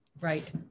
Right